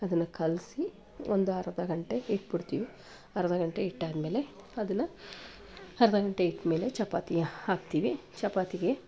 ಅದನ್ನು ಕಲಸಿ ಒಂದು ಅರ್ಧ ಗಂಟೆ ಇಟ್ಬಿಡ್ತೀನಿ ಅರ್ಧ ಗಂಟೆ ಇಟ್ಟಾದ್ಮೇಲೆ ಅದನ್ನು ಅರ್ಧ ಗಂಟೆ ಇಟ್ಮೇಲೆ ಚಪಾತಿ ಹಾಕ್ತೀನಿ ಚಪಾತಿಗೆ